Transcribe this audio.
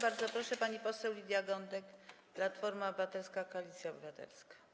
Bardzo proszę, pani poseł Lidia Gądek, Platforma Obywatelska - Koalicja Obywatelska.